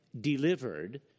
delivered